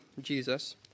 Jesus